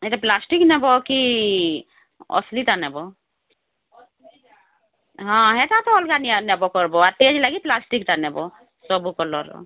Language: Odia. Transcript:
ଏଇଟା ପ୍ଲାଷ୍ଟିକ ନେବ କି ଅସଲିଟା ନେବ ହଁ ହେଟା ତ ଅଲଗା ନିଆ ନେବ କରବ ସେଥିଲାଗି ପ୍ଲାଷ୍ଟିକ୍ଟା ନେବ ସବୁ କଲର୍ର